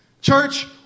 Church